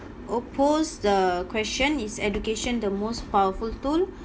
oppose the question is education the most powerful tool